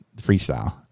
freestyle